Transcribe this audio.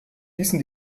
ließen